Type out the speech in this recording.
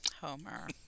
Homer